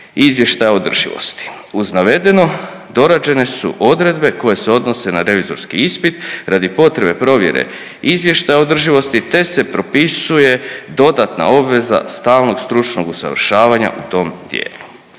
izvještaja o održivosti. Uz navedeno dorađene su odredbe koje se odnose na revizorski ispit radi potrebe provjere izvještaja o održivosti, te se propisuje dodatna obveza stalnog stručnog usavršavanja u tom dijelu.